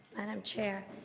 and um chair.